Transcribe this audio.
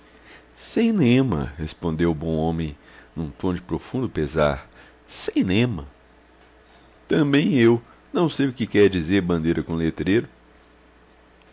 lema respondeu o bom homem num tom de profundo pesar sem lema também eu não sei o que quer dizer bandeira com letreiro